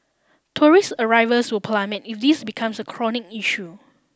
tourist arrivals will plummet if this becomes a chronic issue